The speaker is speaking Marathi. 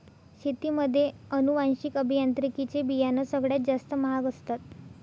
शेतीमध्ये अनुवांशिक अभियांत्रिकी चे बियाणं सगळ्यात जास्त महाग असतात